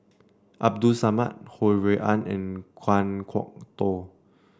Abdul Samad Ho Rui An and Kan Kwok Toh